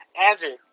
Andrew